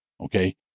Okay